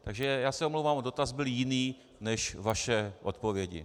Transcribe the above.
Takže se omlouvám, ale dotaz byl jiný než vaše odpovědi.